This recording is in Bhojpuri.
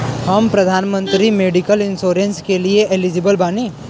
हम प्रधानमंत्री मेडिकल इंश्योरेंस के लिए एलिजिबल बानी?